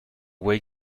voies